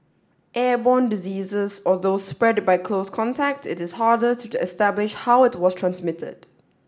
airborne diseases or those spread by close contact it is harder to establish how it was transmitted